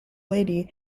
lady